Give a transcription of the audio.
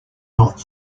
not